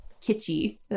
kitschy